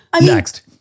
next